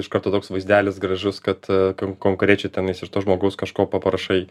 iš karto toks vaizdelis gražus kad kam konkrečiai tenais iš to žmogus kažko paprašai